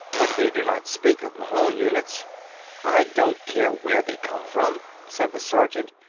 but they do not speak of mahon units i don't care where they come from, said the sergeant.